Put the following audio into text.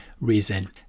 reason